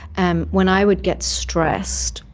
and when i would get stressed,